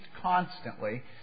constantly